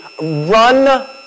run